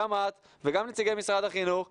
גם את וגם נציגי משרד החינוך,